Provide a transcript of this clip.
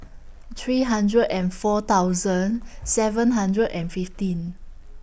three hundred and four thousand seven hundred and fifteen